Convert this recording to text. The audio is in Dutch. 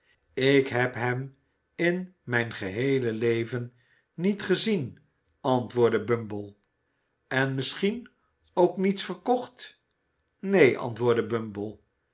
ik heb hem in mijn geheele leven niet gezien antwoordde bumble én misschien ook niets verkocht neen antwoordde